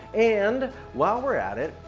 and while we're at it,